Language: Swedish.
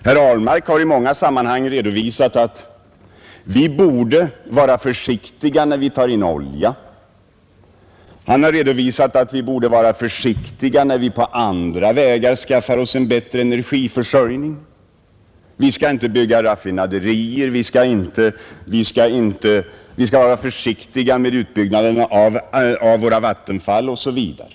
Herr Ahlmark har i många sammanhang redovisat att vi borde vara försiktiga när vi tar in olja, han har redovisat att vi borde vara försiktiga när vi på andra vägar skaffar oss en bättre energiförsörjning, vi skall inte bygga raffinaderier, vi skall vara försiktiga med utbyggnaden av våra vattenfall osv.